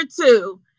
two